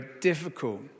difficult